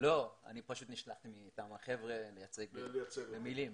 לא, אני פשוט נשלחתי מטעם החבר'ה לייצג אותם.